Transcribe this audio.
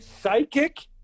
psychic